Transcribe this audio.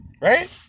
Right